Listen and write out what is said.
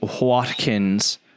Watkins